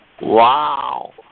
Wow